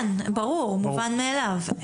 כן, ברור, מובן מאליו.